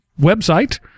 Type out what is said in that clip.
website